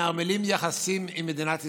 מנרמלות יחסים עם מדינת ישראל.